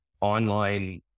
online